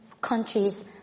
countries